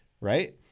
right